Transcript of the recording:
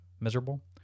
miserable